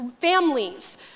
families